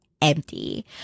empty